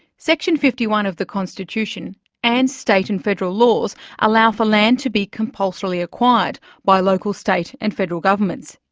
section fifty one of the constitution and state and federal laws allow for land to be compulsorily acquired by local, state and federal governments,